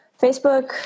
Facebook